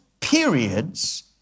periods